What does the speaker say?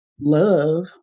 love